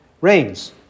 rains